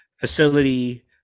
facility